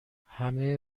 همه